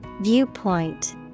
Viewpoint